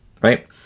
right